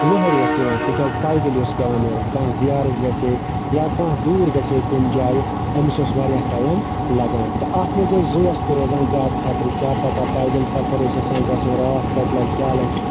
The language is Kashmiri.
ؤہٕرۍ اوس یِوان تکیازِ پیدٔل اوس پیٚوان نیرُن کانٛہہ زیارٔژ گَژھِ ہہَ یا کانٛہہ دوٗر گَژھِ ہہَ کُنہِ جایہِ أمِس اوس واریاہ ٹایم لَگان تہٕ اتھ مَنٛز اوس زُوَس تہِ روزان زیادٕ خَطرٕ کیاہ پَتہ پیدٔل سَفَر اوس آسان گَژھُن راتھ کَتہِ لَگہِ کیاہ لَگہِ